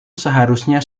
seharusnya